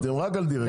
אתם רק על דירקטוריון.